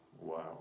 Wow